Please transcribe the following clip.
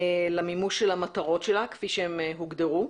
למימוש של המטרות שלה, כפי שהן הוגדרו,